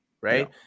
right